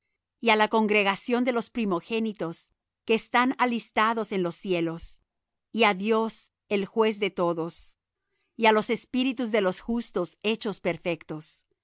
á la congregación de los primogénitos que están alistados en los cielos y á dios el juez de todos y á los espíritus de los justos hechos perfectos